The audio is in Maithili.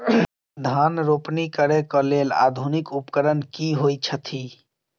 धान रोपनी करै कऽ लेल आधुनिक उपकरण की होइ छथि?